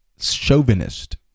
chauvinist